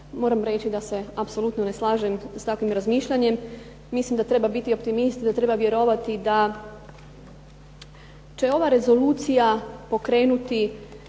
moram reći da se apsolutno ne slažem s takvim razmišljanjem. Mislim da treba biti optimist i da treba vjerovati da će ova rezolucija pokrenuti